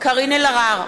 קארין אלהרר,